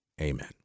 amen